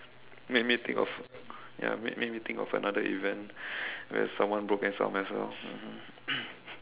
made me think of ya made made me think of another event where someone broke his arm as well mmhmm